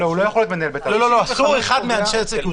לא אחד מאנשי הצוות.